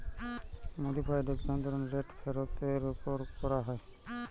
modified অভ্যন্তরীন rate ফেরতের ওপর করা হয়